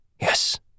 Yes